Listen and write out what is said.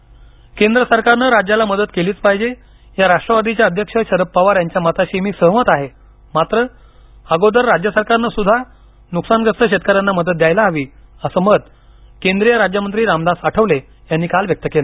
आठवले केंद्र सरकारनं राज्याला मदत केलीच पाहिजे या राष्ट्रवादीचे अध्यक्ष शरद पवार यांच्या मताशी मी सहमत आहे मात्र अगोदर राज्य सरकारनं सुद्धा नुकसानग्रस्त शेतकऱ्यांना मदत द्यायला हवीअसं मत केंद्रीय राज्य मंत्री रामदास आठवले यांनी काल व्यक्त केलं